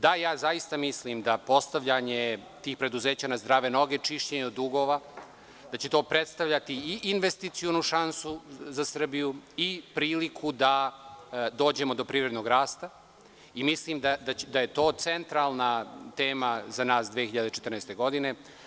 Da, ja zaista mislim da postavljanje tih preduzeća na zdrave noge, čišćenje od dugova, da će to predstavljati i investicionu šansu za Srbiju i priliku da dođemo do privrednog rasta i mislim da je to centralna tema za nas 2014. godine.